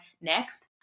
next